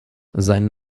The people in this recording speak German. sein